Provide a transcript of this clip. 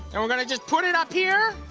then we're gonna just put it up here.